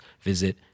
visit